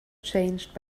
changed